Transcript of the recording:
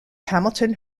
hamilton